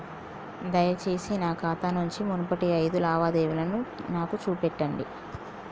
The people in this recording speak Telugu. దయచేసి నా ఖాతా నుంచి మునుపటి ఐదు లావాదేవీలను నాకు చూపెట్టండి